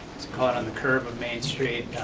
it's caught on the curve of main street,